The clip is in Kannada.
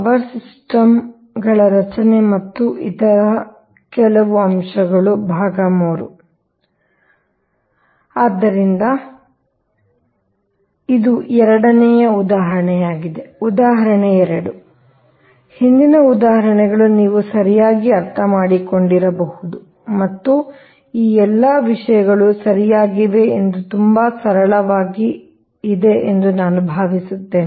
ಪವರ್ ಸಿಸ್ಟಂಗಳ ರಚನೆ ಮತ್ತು ಇತರ ಕೆಲವು ಅಂಶಗಳು III ಆದ್ದರಿಂದ ಮುಂದಿನದು ಎರಡನೇ ಉದಾಹರಣೆಯಾಗಿದೆ ಉದಾಹರಣೆ 2 ಆದ್ದರಿಂದ ಹಿಂದಿನ ಉದಾಹರಣೆಯನ್ನು ನೀವು ಸರಿಯಾಗಿ ಅರ್ಥಮಾಡಿಕೊಂಡಿರಬಹುದು ಮತ್ತು ಈ ಎಲ್ಲಾ ವಿಷಯಗಳು ಸರಿಯಾಗಿವೆ ಎಂಬುದು ತುಂಬಾ ಸರಳವಾಗಿದೆ ಎಂದು ನಾನು ಭಾವಿಸುತ್ತೇನೆ